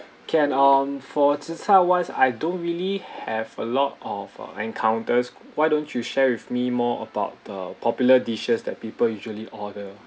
can um for tzi char wise I don't really have a lot of uh encounters why don't you share with me more about the popular dishes that people usually order